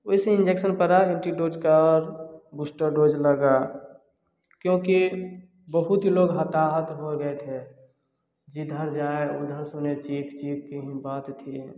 वैसे ही इंजेक्सन पड़ा एंटीडोज का और बूस्टर डोज लगा क्योंकि बहुत ही लोग हताहत हो गए थे जिधर जाए उधर सुने चीख चीख ही बात थी